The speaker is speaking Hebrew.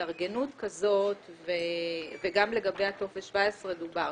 גם לגבי טופס 17 דובר,